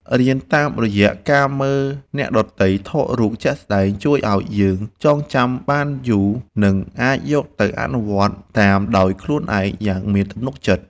រៀនតាមរយៈការមើលអ្នកដទៃថតរូបជាក់ស្តែងជួយឱ្យយើងចងចាំបានយូរ និង អាចយកទៅអនុវត្តតាមដោយខ្លួនឯងយ៉ាងមានទំនុកចិត្តខ្ពស់។